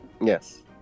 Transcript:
Yes